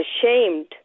ashamed